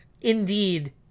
Indeed